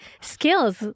skills